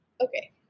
Okay